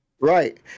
Right